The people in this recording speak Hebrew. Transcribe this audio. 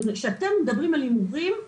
כשאתם מדברים על הימורים,